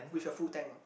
with your full tank ah